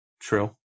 True